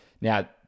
now